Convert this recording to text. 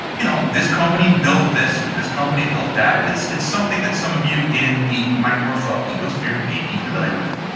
you know this company built this and this company built that and it's it's something that some of you in the microsoft ecosphere may be familiar with.